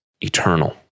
eternal